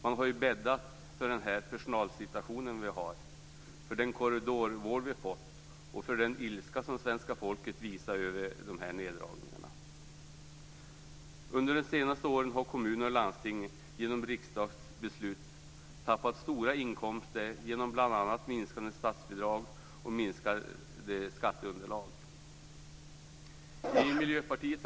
Man har ju bäddat för den personalsituation vi har, för den korridorvård som vi fått och för den ilska som svenska folket visar över dessa neddragningar. Under de senaste åren har kommuner och landsting på grund av riksdagsbeslut tappat stora inkomster genom bl.a. minskade statsbidrag och minskade skatteunderlag.